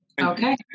okay